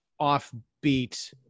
offbeat